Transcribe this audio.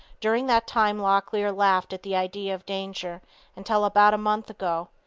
during that time locklear laughed at the idea of danger until about a month ago.